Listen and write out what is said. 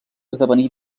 esdevenir